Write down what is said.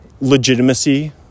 legitimacy